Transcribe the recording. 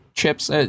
chips